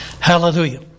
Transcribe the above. Hallelujah